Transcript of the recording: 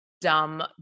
dumb